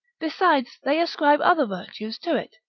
besides they ascribe other virtues to it,